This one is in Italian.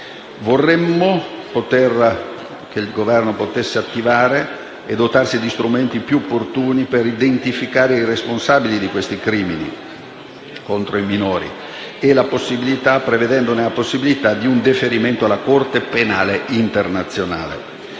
Vorremmo anche che il Governo potesse dotarsi di strumenti più opportuni per identificare i responsabili di questi crimini contro i minori, prevedendone la possibilità di un deferimento alla Corte penale internazionale.